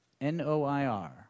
N-O-I-R